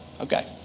Okay